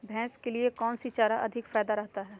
भैंस के लिए कौन सी चारा अधिक फायदा करता है?